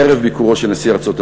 ערב ביקורו של נשיא ארצות-הברית,